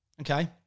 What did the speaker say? Okay